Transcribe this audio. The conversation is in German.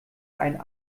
einen